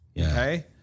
okay